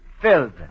filled